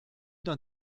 d’un